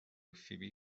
فیبی